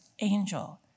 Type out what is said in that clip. angel